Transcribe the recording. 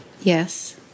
yes